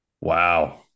Wow